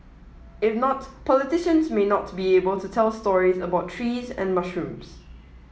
if not politicians may not be able to tell stories about trees and mushrooms